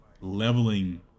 leveling